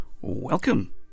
Welcome